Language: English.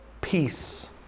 peace